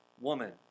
woman